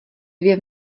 dvě